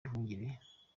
nduhungirehe